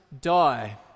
die